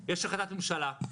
יש החלטת ממשלה.